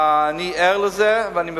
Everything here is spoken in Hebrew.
אני ער לזה, ואני מבטיח,